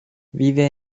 vive